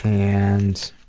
and,